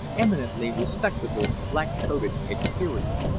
eminently respectable black-coated exterior.